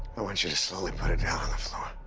i want you to slowly put it down on the floor.